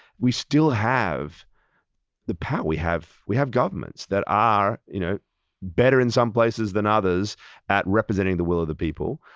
we still have the power we have, we have governments that are you know better in some places than others at representing the will of the people,